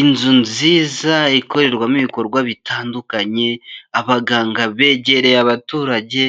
Inzu nziza ikorerwamo ibikorwa bitandukanye, abaganga begereye abaturage,